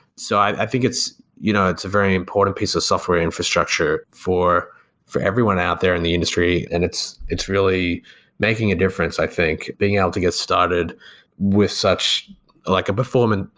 so i think it's you know it's a very important piece of software infrastructure for for everyone out there in the industry and it's it's really making a difference, i think, being able to get started with such like a performant,